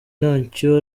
ntacyo